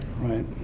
Right